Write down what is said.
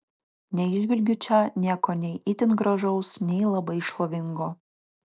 neįžvelgiu čia nieko nei itin gražaus nei labai šlovingo